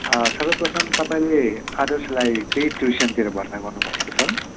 सर्वप्रथम तपाईँले आदर्शलाई केही ट्युसनतिर भर्ना गर्नुभएको छ